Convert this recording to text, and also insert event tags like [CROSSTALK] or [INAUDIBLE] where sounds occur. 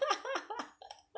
[LAUGHS]